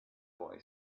boy